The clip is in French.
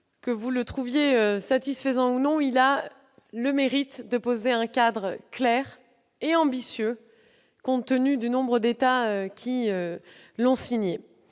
Que vous le trouviez satisfaisant ou non, il a le mérite de poser un cadre clair et ambitieux, compte tenu du nombre d'États qui ont signé